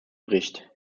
bericht